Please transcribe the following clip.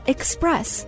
Express